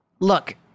Look